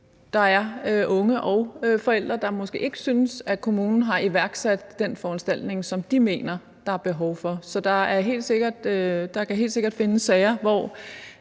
der er unge og forældre, der måske ikke synes, at kommunen har iværksat den foranstaltning, som de mener der er behov for. Så der kan helt sikkert findes sager, hvor